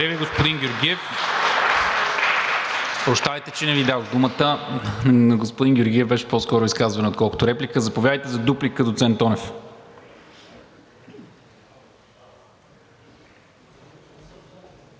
Благодаря Ви, господин Георгиев. Прощавайте, че не Ви дадох думата, но на господин Георгиев беше по-скоро изказване, отколкото реплика. Заповядайте за дуплика, доцент Тонев.